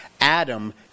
Adam